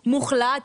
מוחלט,